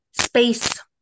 space